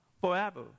forever